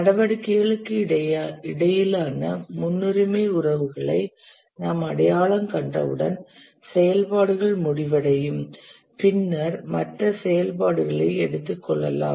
நடவடிக்கைகளுக்கு இடையிலான முன்னுரிமை உறவுகளை நாம் அடையாளம் கண்டவுடன் செயல்பாடுகள் முடிவடையும் பின்னர் மற்ற செயல்பாடுகளை எடுத்துக் கொள்ளலாம்